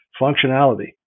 functionality